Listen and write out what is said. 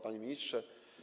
Panie Ministrze!